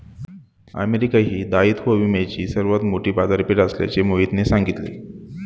America ही दायित्व विम्याची सर्वात मोठी बाजारपेठ असल्याचे मोहितने सांगितले